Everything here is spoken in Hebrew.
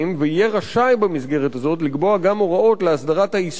ויהיה רשאי במסגרת הזאת לקבוע גם הוראות להסדרת העיסוק